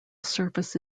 surface